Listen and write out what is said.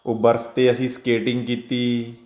ਉਹ ਬਰਫ 'ਤੇ ਅਸੀਂ ਸਕੇਟਿੰਗ ਕੀਤੀ